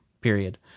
Period